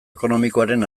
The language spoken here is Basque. ekonomikoaren